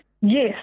Yes